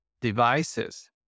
devices